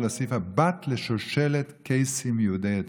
הוספת: בת לשושלת קייסים יהודי אתיופיה.